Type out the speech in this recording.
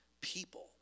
people